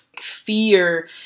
fear